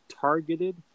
targeted